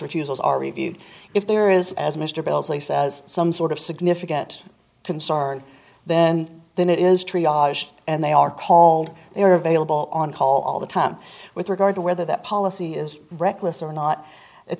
refusals are reviewed if there is as mr bell's they says some sort of significant concern then then it is true and they are called they are available on call all the time with regard to whether that policy is reckless or not it